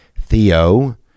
Theo